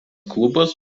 klubas